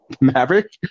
Maverick